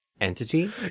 entity